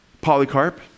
Polycarp